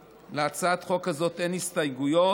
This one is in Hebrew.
להצעת החוק הזאת אין הסתייגויות.